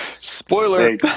Spoiler